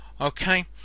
okay